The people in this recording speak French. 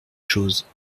choses